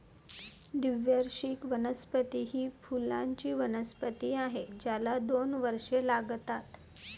द्विवार्षिक वनस्पती ही फुलांची वनस्पती आहे ज्याला दोन वर्षे लागतात